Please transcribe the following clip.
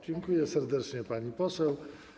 Dziękuję serdecznie, pani poseł.